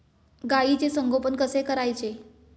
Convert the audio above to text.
गाईचे संगोपन कसे करायचे?